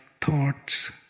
thoughts